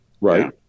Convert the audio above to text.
right